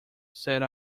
said